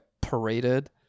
paraded